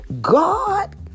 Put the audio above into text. God